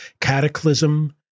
cataclysm